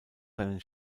seinen